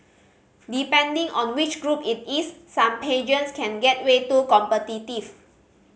depending on which group it is some pageants can get way too competitive